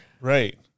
Right